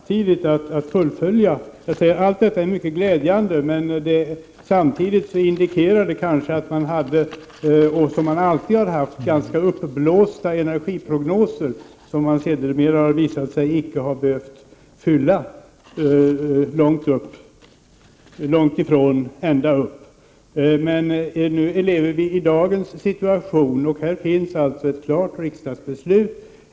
Herr talman! Allt detta är mycket glädjande. Samtidigt indikerar det att man hade — och alltid har haft — ganska uppblåsta energiprognoser, som det sedermera har visat sig att man icke behövt uppfylla helt. Nu lever vi i dagens situation, och här finns alltså ett klart riksdagsbeslut.